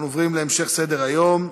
אנחנו עוברים להמשך סדר-היום.